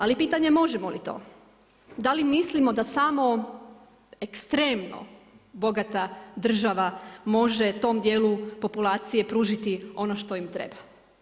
Ali pitanje je možemo li to, da li mislimo da samo ekstremno bogata država može tom dijelu populacije pružiti ono što im treba.